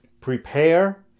Prepare